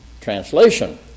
translation